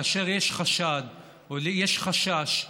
כאשר יש חשד או יש חשש,